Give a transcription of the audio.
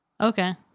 Okay